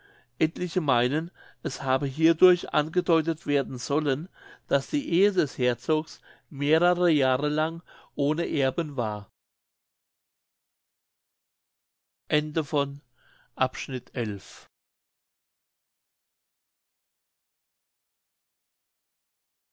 etliche meinen es habe hierdurch angedeutet werden sollen daß die ehe des herzogs mehrere jahre lang ohne erben war